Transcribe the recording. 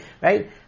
right